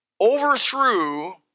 overthrew